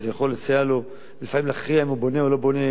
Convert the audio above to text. וזה יכול לסייע לו לפעמים להכריע אם הוא בונה או לא בונה,